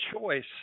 choice